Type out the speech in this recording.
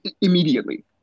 Immediately